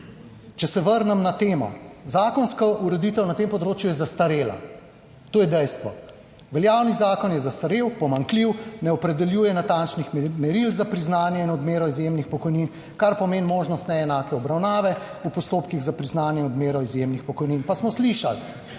Če se vrnem na temo. Zakonska ureditev na tem področju je zastarela, to je dejstvo. Veljavni zakon je zastarel, pomanjkljiv, ne opredeljuje natančnih meril za priznanje in odmero izjemnih pokojnin, kar pomeni možnost neenake obravnave v postopkih za priznanje in odmero izjemnih pokojnin. Pa smo slišali